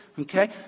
Okay